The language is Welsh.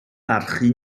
barchu